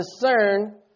discern